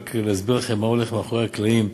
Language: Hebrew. רק להסביר לכם מה הולך מאחורי הקלעים: